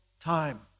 time